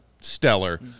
stellar